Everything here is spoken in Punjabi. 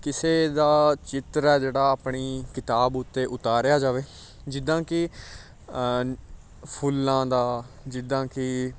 ਕਿਸੇ ਦਾ ਚਿੱਤਰ ਹੈ ਜਿਹੜਾ ਆਪਣੀ ਕਿਤਾਬ ਉੱਤੇ ਉਤਾਰਿਆ ਜਾਵੇ ਜਿੱਦਾਂ ਕਿ ਫੁੱਲਾਂ ਦਾ ਜਿੱਦਾਂ ਕਿ